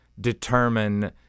Determine